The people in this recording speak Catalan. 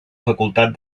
facultat